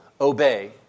obey